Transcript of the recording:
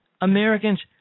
Americans